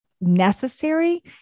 necessary